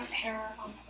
hair on